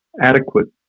adequate